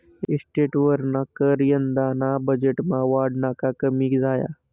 इस्टेटवरना कर यंदाना बजेटमा वाढना का कमी झाया?